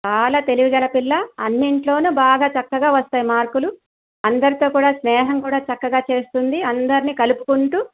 చాలా తెలివిగల పిల్ల అన్నింట్లోను బాగా చక్కగా వస్తాయి మార్కులు అందరితో కూడా స్నేహం కూడా చక్కగా చేస్తుంది అందర్నీ కలుపుకుంటూ